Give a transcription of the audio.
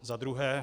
Za druhé.